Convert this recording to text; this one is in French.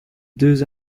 deux